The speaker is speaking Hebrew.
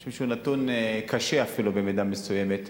אני חושב שהוא אפילו נתון קשה במידה מסוימת,